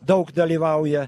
daug dalyvauja